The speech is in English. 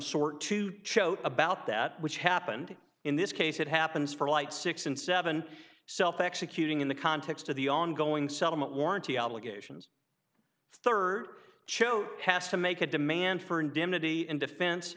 sort to choate about that which happened in this case it happens for light six and seven self executing in the context of the ongoing settlement warranty obligations third show has to make a demand for ind